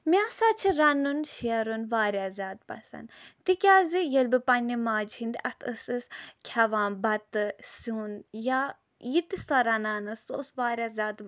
مےٚ سا چھُ رَنُن شیرُن واریاہ زیادٕ پسند تِکیازِ ییٚلہِ بہٕ پَنٕنہِ ماجہِ ہِندۍ اَتھٕ ٲسٕس کھٮ۪وان بَتہٕ سیُن یا یہِ تہِ سۄ رَنان ٲسۍ سۄ ٲس واریاہ زیادٕ